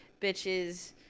bitches